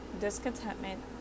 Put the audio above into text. discontentment